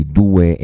due